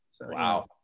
Wow